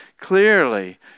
clearly